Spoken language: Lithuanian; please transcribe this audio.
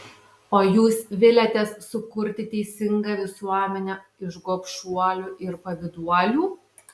o jūs viliatės sukurti teisingą visuomenę iš gobšuolių ir pavyduolių